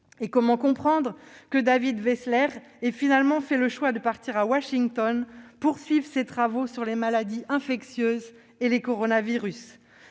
Comment comprendre que David Veesler ait finalement fait le choix de partir pour Washington afin de poursuivre ses travaux sur les maladies infectieuses et les coronavirus ?